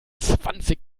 zwanzig